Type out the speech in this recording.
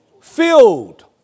filled